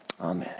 amen